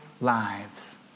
lives